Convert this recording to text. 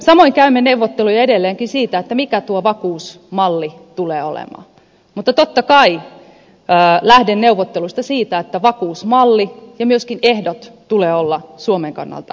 samoin käymme neuvotteluja edelleenkin siitä mikä tuo vakuusmalli tulee olemaan mutta totta kai lähden neuvotteluissa siitä että vakuusmallin ja myöskin ehtojen tulee olla suomen kannalta hyvät